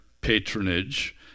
patronage